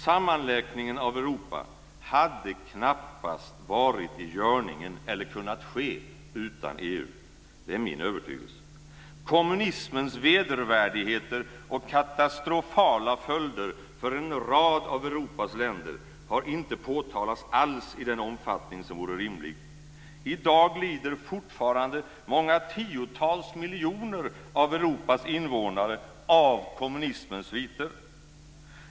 Sammanläkningen av Europa hade knappast varit i görningen eller kunnat ske utan EU. Det är min övertygelse. Kommunismens vedervärdigheter och katastrofala följder för en rad av Europas länder har inte påtalats alls i den omfattning som vore rimlig. I dag lider fortfarande många tiotals miljoner av Europas invånare av kommunismens sviter.